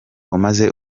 umaze